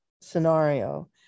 scenario